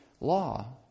law